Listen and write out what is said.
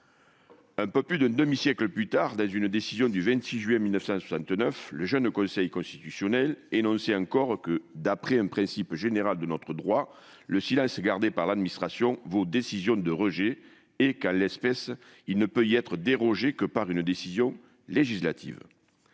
Un peu plus d'un demi-siècle plus tard, dans une décision du 26 juin 1969, le jeune Conseil constitutionnel énonçait encore « que d'après un principe général de notre droit le silence gardé par l'administration vaut décision de rejet et, qu'en l'espèce, il ne peut y être dérogé que par une décision législative